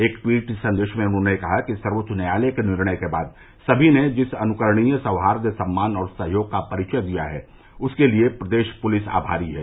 एक ट्वीट संदेश में उन्होंने कहा कि सर्वोच्च न्यायालय के निर्णय के बाद सभी ने जिस अनुकरणीय सौहाई सम्मान और सहयोग का परिचय दिया है उसके लिये प्रदेश पुलिस आभारी हैं